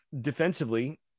defensively